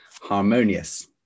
harmonious